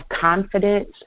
confidence